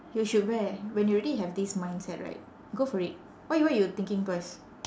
you should wear when you already have this mindset right go for it why why you thinking twice